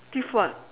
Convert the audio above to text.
give what